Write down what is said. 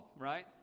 right